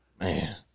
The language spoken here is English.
Man